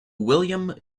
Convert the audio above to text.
william